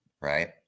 right